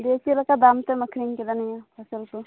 ᱵᱮᱥ ᱪᱮᱫ ᱞᱮᱠᱟ ᱫᱟᱢ ᱛᱮᱢ ᱟᱠᱷᱨᱤᱧ ᱠᱮᱫᱟ ᱱᱤᱭᱟᱹ ᱯᱷᱚᱥᱚᱞ ᱠᱚ